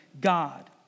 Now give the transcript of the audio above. God